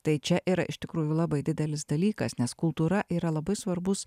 tai čia yra iš tikrųjų labai didelis dalykas nes kultūra yra labai svarbus